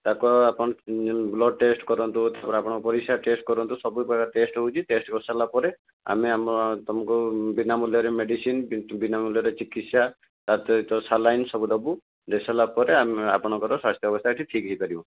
ତାକୁ ଆପଣ blood test କରନ୍ତୁ ତାପରେ ପରିଶ୍ରା ଟେଷ୍ଟ କରନ୍ତୁ ସବୁ ପ୍ରକାର ଟେଷ୍ଟ ହେଉଛି ଟେଷ୍ଟ କରିସାରିଲା ପରେ ଆମେ ଆମ ତୁମକୁ ବିନା ମୂଲ୍ୟରେ ମେଡ଼ିସିନ ବିନା ମୂଲ୍ୟରେ ଚିକିତ୍ସା ତାହା ସହିତ ସାଲାଇନ ସବୁ ଦବୁ ଦେଇସାରିଲା ପରେ ଆମ ଆପଣଙ୍କର ସ୍ଵାସ୍ଥ୍ୟ ଅବସ୍ଥା ଠିକ ହୋଇପାରିବ